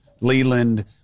Leland